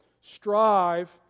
Strive